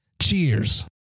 cheers